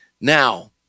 Now